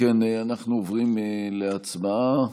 אנחנו עוברים להצבעה.